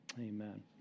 amen